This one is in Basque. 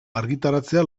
argitaratzea